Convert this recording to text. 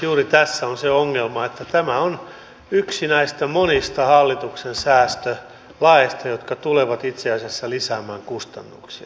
juuri tässä on se ongelma että tämä on yksi näistä monista hallituksen säästölaeista jotka tulevat itse asiassa lisäämään kustannuksia